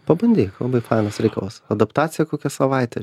pabandyk labai fainas reikalas adaptacija kokia savaitę